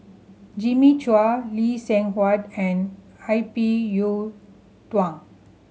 Jimmy Chua Lee Seng Huat and I P Yiu Tung